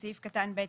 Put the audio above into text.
(2) בסעף קטן (ב),